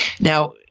Now